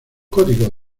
códigos